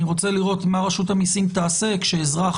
אני רוצה לראות מה רשות המיסים תעשה כשאזרח